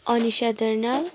Anisa Darnal